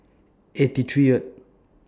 eighty three